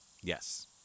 yes